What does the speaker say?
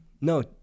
No